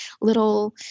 little